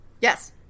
Yes